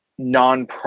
nonprofit